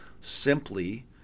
simply